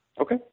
Okay